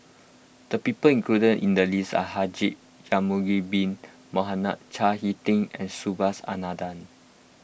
the people included in the list are Haji Ya'Acob Bin Mohamed Chao Hick Tin and Subhas Anandan